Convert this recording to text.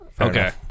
okay